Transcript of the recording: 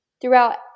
throughout